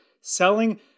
selling